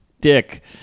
dick